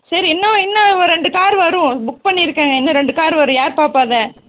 சரி இன்னும் இன்னும் ஒர் ரெண்டு காரு வரும் புக் பண்ணி இருக்கேங்க இன்னும் ரெண்டு காரு வரும் யார் பார்ப்பா அதை